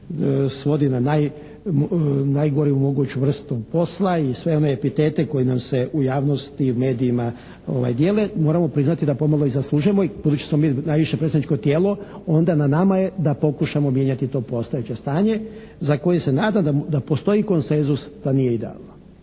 svodi na najgoru moguću vrstu posla i sve one epitete koji nam se u javnosti i medijima dijele, moramo prihvatiti da pomalo i zaslužujemo budući smo mi najviše predstavničko tijelo, onda na nama je da pokušamo mijenjati to postojeće stanje za koje se nadam da postoji konsenzus da nije idealno